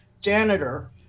janitor